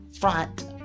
front